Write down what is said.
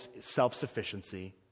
self-sufficiency